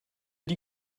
die